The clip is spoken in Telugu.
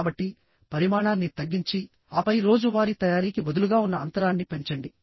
కాబట్టి పరిమాణాన్ని తగ్గించి ఆపై రోజువారీ తయారీకి బదులుగా ఉన్న అంతరాన్ని పెంచండి